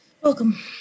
Welcome